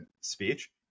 speech